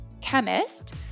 chemist